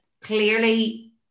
clearly